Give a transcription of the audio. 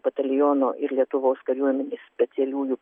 bataliono ir lietuvos kariuomenės specialiųjų